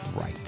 right